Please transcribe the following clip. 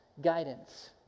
Guidance